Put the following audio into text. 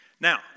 Now